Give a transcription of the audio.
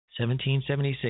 1776